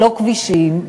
לא כבישים,